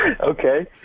Okay